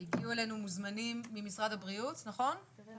הגיעו אלינו מוזמנים ממשרד הבריאות וגם